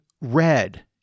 red